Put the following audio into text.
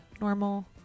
normal